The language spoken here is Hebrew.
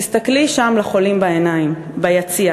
תסתכלי בעיניים לחולים שם ביציע